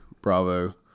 Bravo